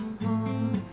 home